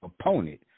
opponent